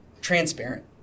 transparent